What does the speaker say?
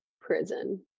prison